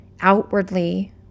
outwardly